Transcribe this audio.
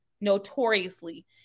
notoriously